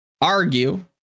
argue